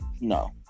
No